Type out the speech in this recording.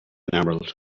emerald